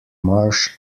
marsh